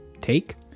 take